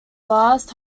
last